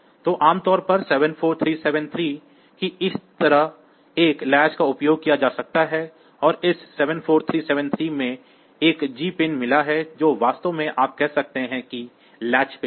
तो आमतौर पर 74373 की तरह एक लैच का उपयोग किया जा सकता है और इस 74373 में एक G पिन मिला है जो वास्तव में आप कह सकते हैं कि लैच पिन है